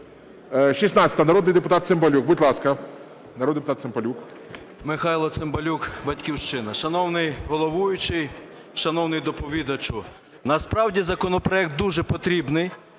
16-а, народний депутат Цимбалюк. Будь ласка.